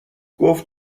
گفت